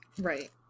Right